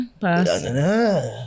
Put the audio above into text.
pass